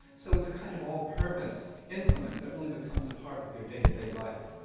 so it's a kind of all-purpose implement that really becomes a part of your day-to-day life.